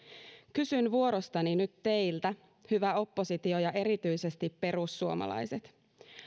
kysyn vuorostani nyt teiltä hyvä oppositio ja erityisesti perussuomalaiset